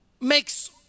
makes